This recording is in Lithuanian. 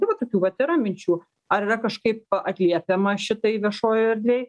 nu va tokių vat yra minčių ar yra kažkaip atliepiama šitai viešojoj erdvėj